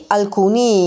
alcuni